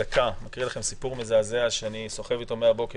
אני אקריא לכם סיפור מזעזע שאני סוחב מהבוקר.